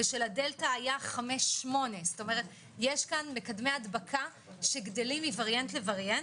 ושל הדלתא היה 5.8 יש כאן מקדמי הדבקה שגדלים מווריאנט לווריאנט,